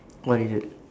what is it